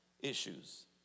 issues